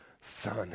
son